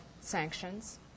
sanctions